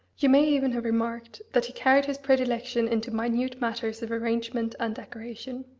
you may even have remarked that he carried his predilection into minute matters of arrangement and decoration.